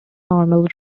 normal